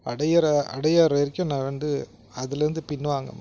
அடைகிற அடைகிற வரைக்கும் நான் வந்து அதுலிருந்து பின் வாங்க மாட்டேன்